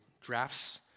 drafts